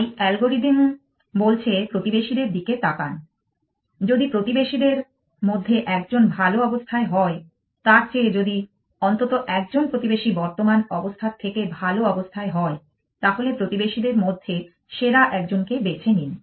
তাই অ্যালগরিদম বলছে প্রতিবেশীদের দিকে তাকান যদি প্রতিবেশীদের মধ্যে একজন ভালো অবস্থায় হয় তার চেয়ে যদি অন্তত একজন প্রতিবেশী বর্তমান অবস্থার থেকে ভালো অবস্থায় হয় তাহলে প্রতিবেশীদের মধ্যে সেরা একজনকে বেছে নিন